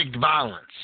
violence